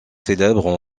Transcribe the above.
célèbrent